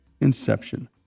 inception